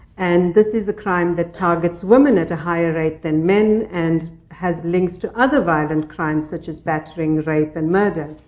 and this is a crime that targets women at a higher rate than men, and has links to other violent crimes, such as battering, rape, and murder.